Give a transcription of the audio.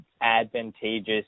advantageous